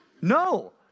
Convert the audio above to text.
No